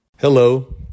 Hello